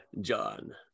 John